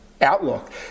outlook